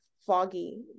foggy